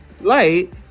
light